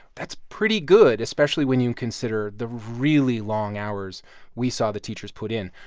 that's pretty good, especially when you consider the really long hours we saw the teachers put in.